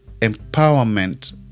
empowerment